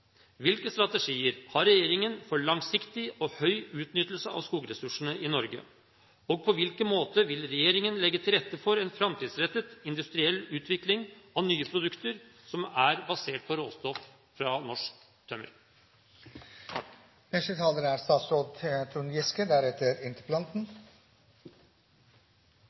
Hvilke strategier har regjeringen for langsiktig og høy utnyttelse av skogressursene i Norge, og på hvilken måte vil regjeringen legge til rette for en framtidsrettet, industriell utvikling av nye produkter som er basert på råstoff fra norsk